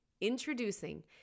Introducing